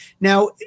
Now